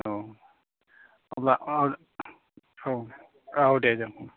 औ अब्ला औ औ औ दे जागोन